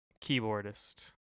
keyboardist